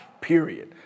period